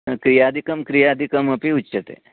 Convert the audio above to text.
क्रियादिकं क्रियादिकमपि उच्यते